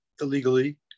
illegally